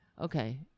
Okay